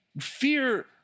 fear